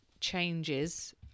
changes